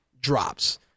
drops